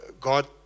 God